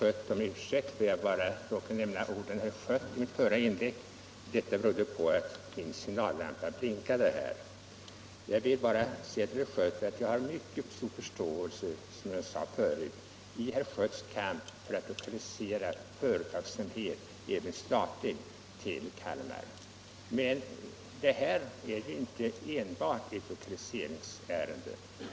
Herr talman! Jag hann i mitt förra inlägg inte replikera herr Schött. Jag har, som jag tidigare sade, en mycket stor förståelse för herr Schötts 63 kamp att lokalisera företagsamhet — även statlig förvaltning — till Kalmar. Men detta är inte enbart ett lokaliseringsärende.